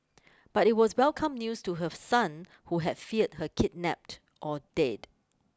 but it was welcome news to her son who had feared her kidnapped or dead